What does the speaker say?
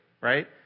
right